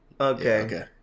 Okay